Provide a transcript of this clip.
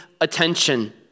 attention